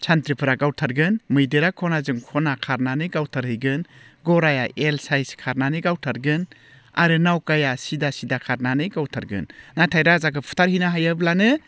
सानथ्रिफोरा गावथारगोन मैदेरा खनाजों खना खारनानै गावथारहैगोन गराइया एल साइस खारनानै गावथारगोन आरो नावखाया सिदा सिदा खारनानै गावथारगोन नाथाय राजाखौ फुथारहैनो हायोब्लानो